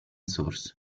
source